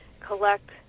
collect